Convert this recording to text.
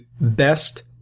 best